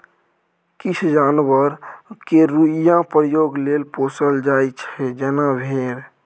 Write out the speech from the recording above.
किछ जानबर केँ रोइयाँ प्रयोग लेल पोसल जाइ छै जेना भेड़